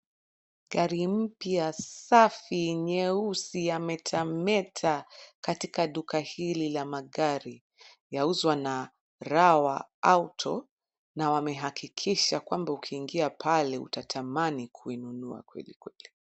Gari mpya safi nyeusi yametameta katika duka hili la magari. Yauzwa na cs[Rawa Auto]cs na wamehakikisha kwamba ukiingia pale utatamani kuinunua kwelikweli.